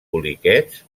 poliquets